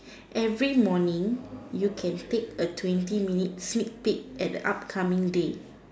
every morning you can take a twenty minute sneak peak at the upcoming day